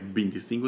25